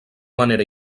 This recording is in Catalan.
manera